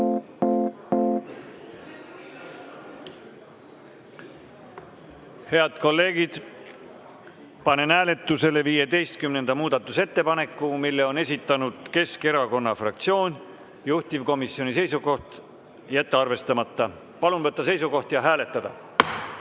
Head kolleegid, panen hääletusele 15. muudatusettepaneku. Selle on esitanud [Eesti] Keskerakonna fraktsioon. Juhtivkomisjoni seisukoht on jätta arvestamata. Palun võtta seisukoht ja hääletada!